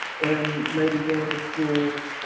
and maybe going to schools.